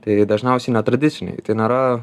tai dažniausiai netradiciniai tai nėra